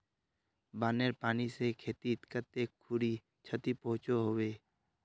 बानेर पानी से खेतीत कते खुरी क्षति पहुँचो होबे?